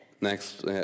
Next